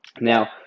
Now